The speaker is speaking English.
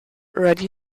ready